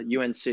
UNC